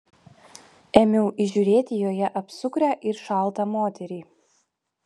ėmiau įžiūrėti joje apsukrią ir šaltą moterį